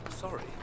Sorry